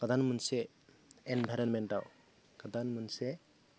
गोदान मोनसे एनभाइर'नमेन्टआव गोदान मोनसे